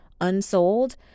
unsold